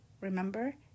remember